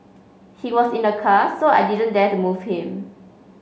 he was in a car so I didn't dare to move him